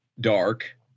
dark